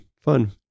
fun